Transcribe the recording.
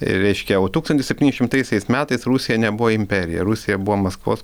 reiškia jau tūkstantis septyni šimtaisiais metais rusija nebuvo imperija rusija buvo maskvos